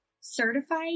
certified